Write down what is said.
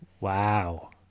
Wow